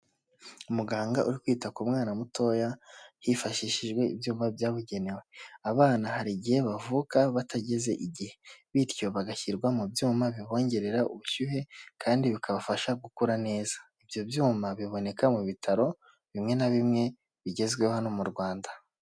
Umuganga uri kwita ku mwana mutoya, hifashishijwe ibyuma byabugenewe. Abana hari igihe bavuka batageze igihe. Bityo bagashyirwa mu byuma bibongerera ubushyuhe, kandi bikabafasha gukura neza. Ibyo byuma biboneka mu bitaro bimwe na bimwe bigezweho, hano mu Rwanda.